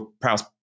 Prowse